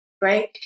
right